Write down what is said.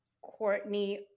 Courtney